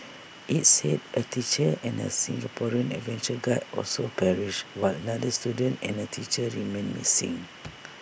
IT said A teacher and A Singaporean adventure guide also perished while another student and A teacher remain missing